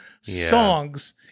songs